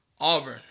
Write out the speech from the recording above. Auburn